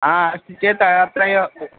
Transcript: हा अस्ति चेत् अत्रैव